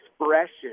expression